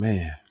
Man